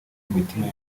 mitima